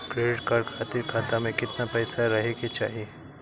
Credit card खातिर खाता में केतना पइसा रहे के चाही?